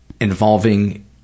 involving